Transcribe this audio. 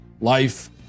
life